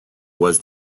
was